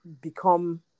become